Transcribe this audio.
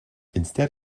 instead